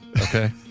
Okay